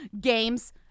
games